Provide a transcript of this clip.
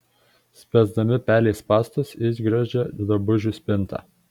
spęsdami pelei spąstus išgriozdžia drabužių spintą